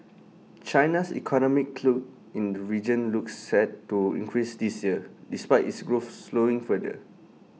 China's economic clout in the region looks set to increase this year despite its growth slowing further